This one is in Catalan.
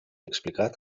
explicat